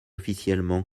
officiellement